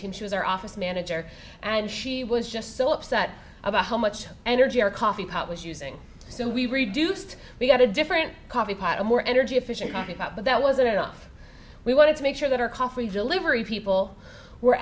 team she was our office manager and she was just so upset about how much energy our coffee pot was using so we reduced we got a different coffee pot a more energy efficient pick up but that wasn't enough we wanted to make sure that our coffee delivery people were